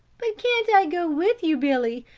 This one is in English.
but can't i go with you, billy?